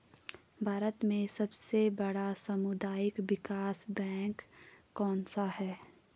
भारत में सबसे बड़ा सामुदायिक विकास बैंक कौनसा है?